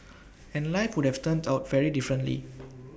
and life would have turned out very differently